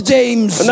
James